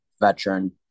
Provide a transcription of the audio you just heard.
veteran